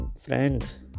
friends